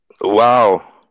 Wow